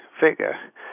figure